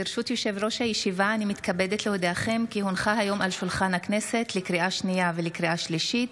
אני קובע כי הצעת חוק התכנון והבנייה (תיקון מס' 149